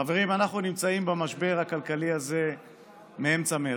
חברים, אנחנו נמצאים במשבר הכלכלי הזה מאמצע מרץ.